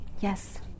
yes